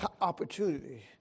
opportunity